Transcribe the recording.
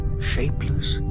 shapeless